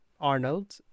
Arnold